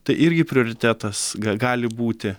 tai irgi prioritetas ga gali būti